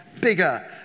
bigger